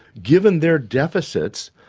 given their deficits,